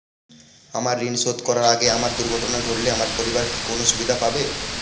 আমার ঋণ শোধ করার আগে আমার দুর্ঘটনা ঘটলে আমার পরিবার কি কোনো সুবিধে পাবে?